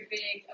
big